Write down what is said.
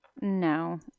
No